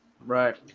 right